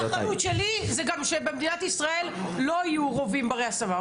האחריות שלי היא שגם במדינת ישראל לא יהיו רובים ברי הסבה,